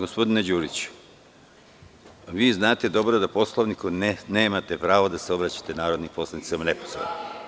Gospodine Đuriću, vi znate dobro da po Poslovniku nemate pravo da se obraćate narodnim poslanicima neposredno.